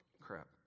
crap